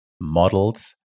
models